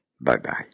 Bye-bye